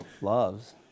loves